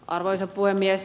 arvoisa puhemies